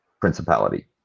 principality